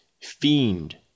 Fiend